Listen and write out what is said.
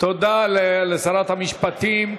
תודה לשרת המשפטים.